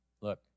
Look